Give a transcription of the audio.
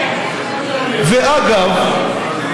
ואגב,